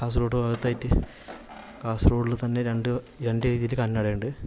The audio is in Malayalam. കാസർഗോഡ് ഭാഗത്തായിട്ട് കാസര്ഗോഡിൽ തന്നെ രണ്ട് രണ്ട് രീതിയിൽ കന്നഡയുണ്ട്